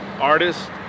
artist